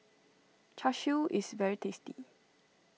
Char Siu is very tasty